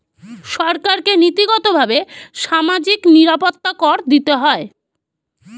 সরকারকে নীতিগতভাবে সামাজিক নিরাপত্তা কর দিতে হয়